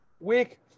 Week